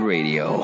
Radio